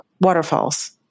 waterfalls